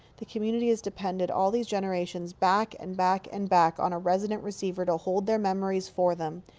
the com munity has depended, all these generations, back and back and back, on a resident receiver to hold their memories for them.